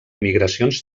migracions